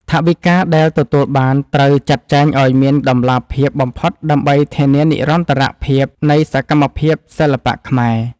ថវិកាដែលទទួលបានត្រូវចាត់ចែងឱ្យមានតម្លាភាពបំផុតដើម្បីធានានិរន្តរភាពនៃសកម្មភាពសិល្បៈខ្មែរ។